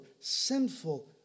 sinful